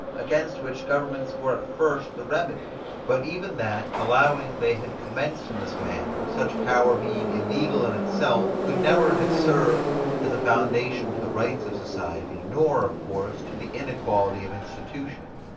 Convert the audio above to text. against which governments were at first the remedy, but even that, allowing they had commenced in this manner, such power being illegal in itself could never have served as a foundation to the rights of society, nor of course to the inequality of institution.